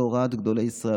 בהוראת גדולי ישראל,